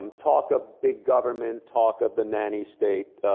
um talk of big government, talk of the nanny state,